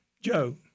Joe –